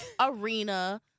arena